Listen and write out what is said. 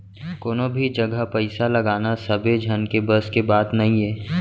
कोनो भी जघा पइसा लगाना सबे झन के बस के बात नइये